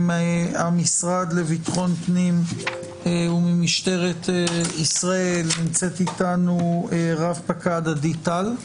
מהמשרד לביטחון הפנים וממשטרת ישראל נמצאת איתנו רפ"ד עדי טל.